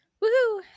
Woohoo